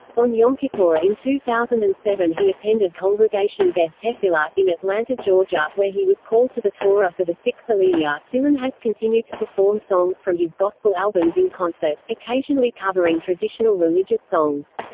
on yom kippur in two thousand and seven he attended congregation beth tefillah, in atlanta, georgia, where he was called to the torah for the sixth aliyah dylan has continued to perform songs from his gospel albums in concert, occasionally covering traditional religious songs.